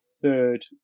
third